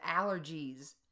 allergies